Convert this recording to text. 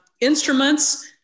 instruments